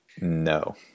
No